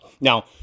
Now